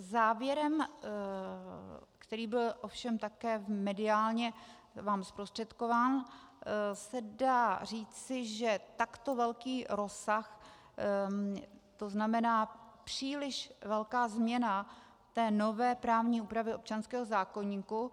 Závěrem, který byl ovšem také mediálně vám zprostředkován, se dá říci, že takto velký rozsah, to znamená příliš velká změna té nové právní úpravy občanského zákoníku,